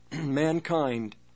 mankind